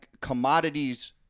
commodities